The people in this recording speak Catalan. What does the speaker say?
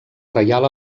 reial